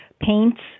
paints